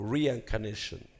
Reincarnation